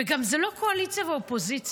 וזה גם לא קואליציה ואופוזיציה.